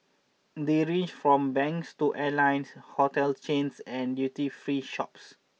they range from banks to airlines hotel chains and duty free shops